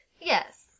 Yes